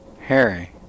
Harry